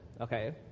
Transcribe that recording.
okay